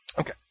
Okay